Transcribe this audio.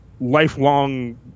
lifelong